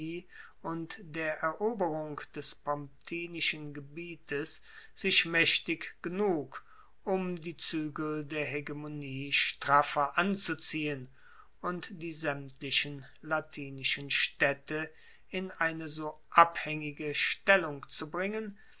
und der eroberung des pomptinischen gebietes sich maechtig genug um die zuegel der hegemonie straffer anzuziehen und die saemtlichen latinischen staedte in eine so abhaengige stellung zu bringen